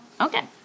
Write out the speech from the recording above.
okay